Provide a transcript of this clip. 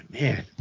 Man